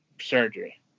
surgery